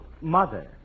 mother